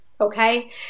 okay